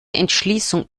entschließung